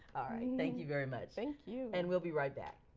alright, thank you very much. thank you. and we'll be right back.